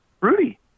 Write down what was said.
Rudy